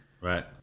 Right